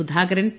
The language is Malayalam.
സുധാകരൻ പി